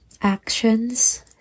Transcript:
actions